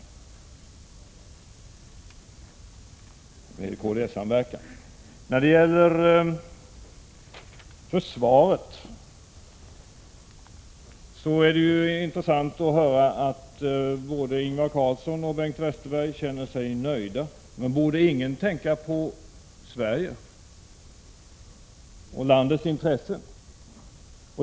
Beträffande försvaret är det intressant att höra att både Ingvar Carlsson och Bengt Westerberg känner sig nöjda. Är det ingen som tänker på Sverige och landets intressen?